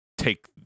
take